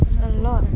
it's a lot